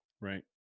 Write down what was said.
right